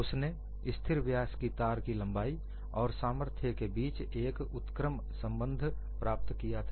उसने स्थिर व्यास की तार की लंबाई और सामर्थ्य के बीच में एक उत्क्रम संबंध प्राप्त किया था